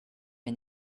and